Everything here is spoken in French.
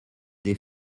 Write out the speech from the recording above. des